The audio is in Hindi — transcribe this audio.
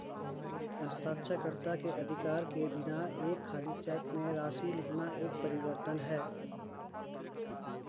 हस्ताक्षरकर्ता के अधिकार के बिना एक खाली चेक में राशि लिखना एक परिवर्तन है